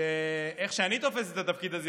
כפי שאני תופס את התפקיד הזה,